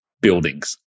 buildings